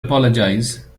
apologize